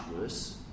worse